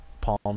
Palm